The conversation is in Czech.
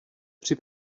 při